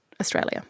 Australia